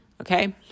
okay